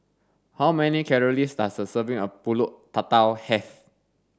how many calories does a serving of pulut tatal have